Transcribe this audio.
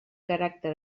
caràcter